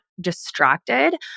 distracted